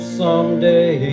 someday